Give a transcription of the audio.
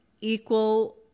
equal